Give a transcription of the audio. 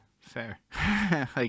fair